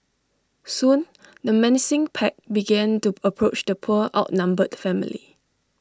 soon the menacing pack began to approach the poor outnumbered family